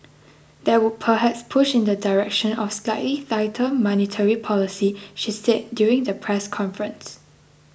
that would perhaps push in the direction of slightly tighter monetary policy she said during the press conference